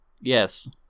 Yes